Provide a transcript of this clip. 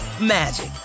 magic